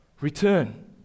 return